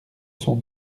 son